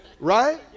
Right